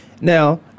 Now